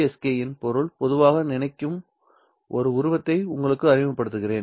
BPSK இன் பொருள் பொதுவாக நினைக்கும் ஒரு உருவத்தை உங்களுக்கு அறிமுகப்படுத்துகிறேன்